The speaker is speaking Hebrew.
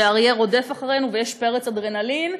רודף אחרינו ויש פרץ אדרנלין,